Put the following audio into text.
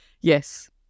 Yes